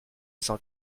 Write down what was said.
sans